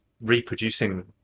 reproducing